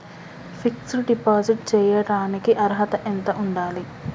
Fix డ్ deposit చేయటానికి అర్హత ఎంత ఉండాలి?